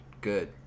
Good